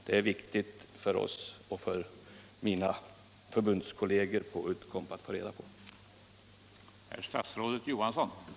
Det är viktigt för mig och mina förbundskolleger på Uddcomb att få reda på det.